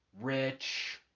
rich